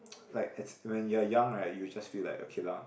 like it's when you are young right you will just feel like okay lah